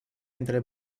entre